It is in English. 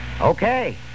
Okay